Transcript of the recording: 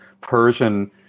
Persian